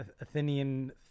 Athenian